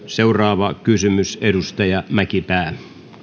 seuraava kysymys edustaja mäkipää arvoisa